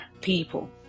people